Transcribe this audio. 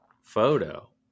photo